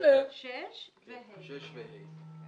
סעיף 6 ו-(ה).